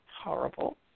horrible